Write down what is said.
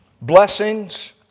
Blessings